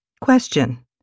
Question